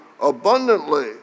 abundantly